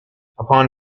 upon